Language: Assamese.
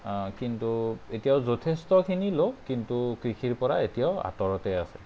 কিন্তু এতিয়াও যথেষ্টখিনি লোক কিন্তু কৃষিৰপৰা এতিয়াও আঁতৰতে আছে